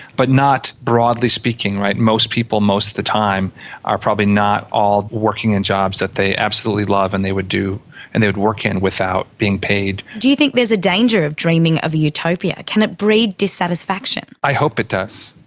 but not broadly speaking. most people most of the time are probably not all working in jobs that they absolutely love and they would do and they'd work in without being paid. do you think there is a danger of dreaming of a utopia? can it breed dissatisfaction? i hope it does.